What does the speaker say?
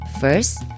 First